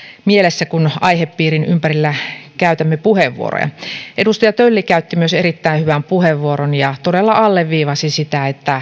mielessä kun aihepiirin ympärillä käytämme puheenvuoroja edustaja tölli käytti myös erittäin hyvän puheenvuoron ja todella alleviivasi sitä että